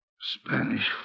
Spanish